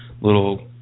little